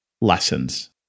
lessons